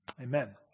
Amen